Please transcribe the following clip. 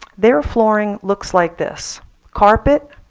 their flooring looks like this carpet,